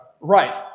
Right